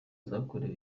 zakorewe